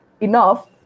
enough